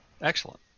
Excellent